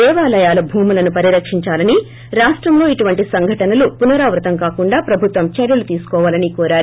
దేవాలయాల భూములను పరిరక్షించాలని రాష్టంలో ఇటువంటి సంఘటనలు పునరావృతం కాకుండా ప్రభుత్వం చర్యలు తీసుకోవాలని కోరారు